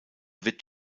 wird